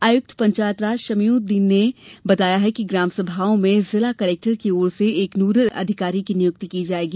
आयुक्त पंचायत राज शमीम उद्दीन ने बताया कि ग्राम सभाओं में जिला कलेक्टर की ओर से एक नोडल अधिकारी की नियुक्ति की जायेगी